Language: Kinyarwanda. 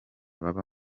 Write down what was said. baba